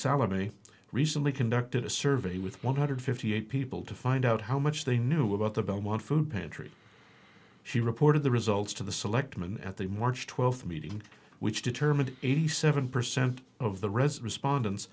solavei recently conducted a survey with one hundred fifty eight people to find out how much they knew about the belmont food pantry she reported the results to the selectmen at the march twelfth meeting which determined eighty seven percent of the rez respondents